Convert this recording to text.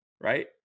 right